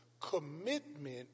commitment